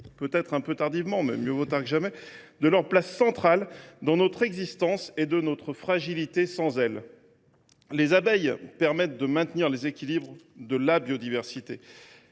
peut être un peu tardivement – mais mieux vaut tard que jamais –, de leur place centrale dans notre existence et de notre fragilité sans elles. Les abeilles contribuent à maintenir les équilibres de la biodiversité.